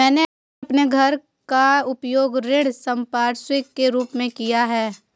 मैंने अपने घर का उपयोग ऋण संपार्श्विक के रूप में किया है